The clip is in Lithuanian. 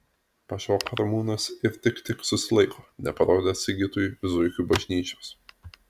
pašoka ramūnas ir tik tik susilaiko neparodęs sigitui zuikių bažnyčios